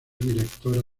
directora